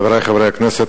חברי חברי הכנסת,